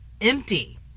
Empty